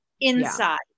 inside